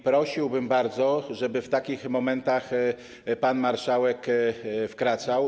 Prosiłbym bardzo, żeby w takich momentach pan marszałek wkraczał.